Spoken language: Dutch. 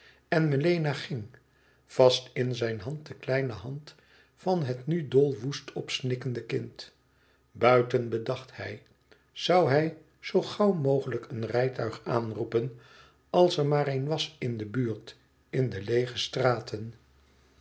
en melena ging vast in zijn hand de kleine hand van het nu dol woest opsnikkende kind buiten bedacht hij zoû hij zoo gauw mogelijk een rijtuig aanroepen als er maar een was in de buurt in de leêge straten